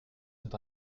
sont